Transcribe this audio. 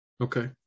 Okay